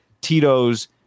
Tito's